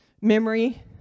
memory